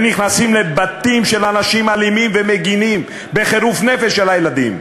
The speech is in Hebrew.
הם נכנסים לבתים של אנשים אלימים ומגינים בחירוף נפש על הילדים.